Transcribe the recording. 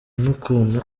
n’ukuntu